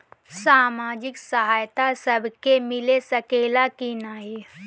सामाजिक सहायता सबके मिल सकेला की नाहीं?